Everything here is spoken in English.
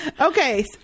Okay